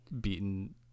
beaten